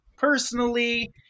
personally